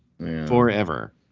forever